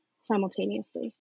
simultaneously